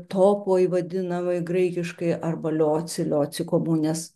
topoj vadinamai graikiškai arba lioci loci komunes